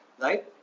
right